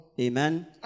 Amen